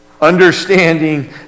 Understanding